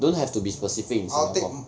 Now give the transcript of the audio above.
don't have to be specific in singapore